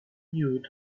knew